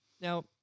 Now